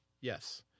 Yes